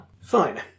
Fine